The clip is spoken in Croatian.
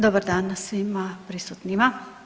Dobar dan svima prisutnima.